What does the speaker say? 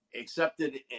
accepted